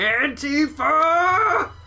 Antifa